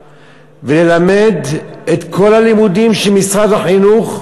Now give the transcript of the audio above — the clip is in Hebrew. וללמד את כל הלימודים שמשרד החינוך מבקש,